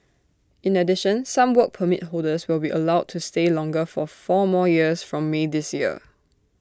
in addition some Work Permit holders will be allowed to stay longer for four more years from may this year